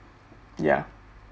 ya